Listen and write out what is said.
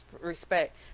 respect